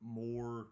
more